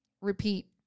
repeat